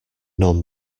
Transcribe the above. non